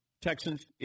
Texans